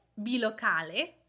bilocale